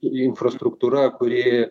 infrastruktūra kuri